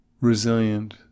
resilient